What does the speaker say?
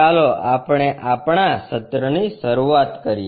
ચાલો આપણે આપણા સત્રની શરૂઆત કરીએ